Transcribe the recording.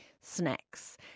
snacks